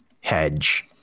hedge